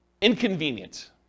inconvenient